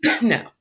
no